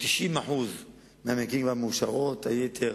ב-90% מהמקרים הן מאושרות, והיתר